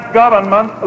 government